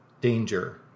Danger